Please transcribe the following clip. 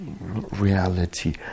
reality